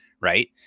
right